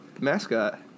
mascot